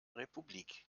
republik